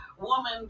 woman